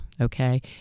Okay